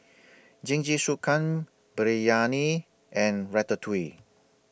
Jingisukan Biryani and Ratatouille